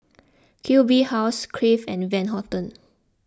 Q B House Crave and Van Houten